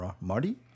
Marty